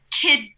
kid